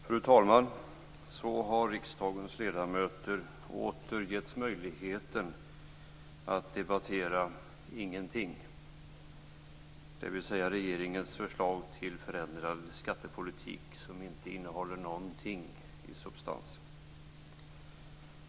Fru talman! Så har riksdagens ledamöter åter getts möjligheten att debattera ingenting, dvs. regeringens förslag till förändrad skattepolitik som inte innehåller någon substans.